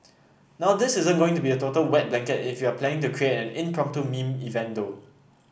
now this isn't going to be a total wet blanket if you're planning to create an impromptu meme event though